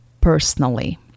personally